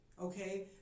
okay